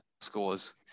scores